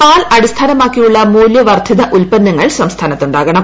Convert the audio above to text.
പാൽ അടിസ്ഥാനമാക്കിയുള്ള മൂല്യവർധിത ഉത്പന്നങ്ങൾ സംസ്ഥാനത്തുണ്ടാകണം